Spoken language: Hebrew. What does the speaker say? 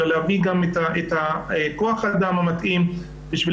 אלא להביא גם את הכוח אדם המתאים בשביל